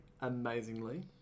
amazingly